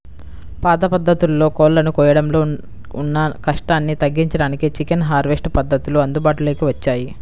పాత పద్ధతుల్లో కోళ్ళను కోయడంలో ఉన్న కష్టాన్ని తగ్గించడానికే చికెన్ హార్వెస్ట్ పద్ధతులు అందుబాటులోకి వచ్చాయి